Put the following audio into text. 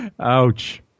Ouch